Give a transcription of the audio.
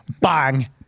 Bang